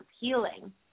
healing